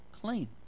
clean